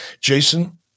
Jason